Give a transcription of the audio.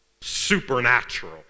supernatural